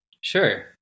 Sure